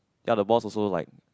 ya the boss also like